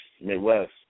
Midwest